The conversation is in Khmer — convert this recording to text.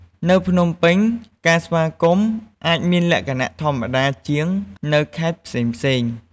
នៅភ្នំពេញ ការស្វាគមន៍អាចមានលក្ខណៈធម្មតាជាងនៅខេត្តផ្សេងៗ។